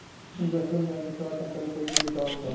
investment banking सेवा के अंतर्गत पूंजी जुटावल जाला